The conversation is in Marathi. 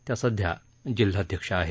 त्या सध्या जिल्हाध्यक्ष आहेत